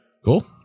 cool